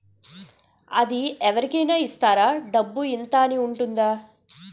అది అవరి కేనా ఇస్తారా? డబ్బు ఇంత అని ఉంటుందా?